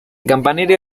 campanario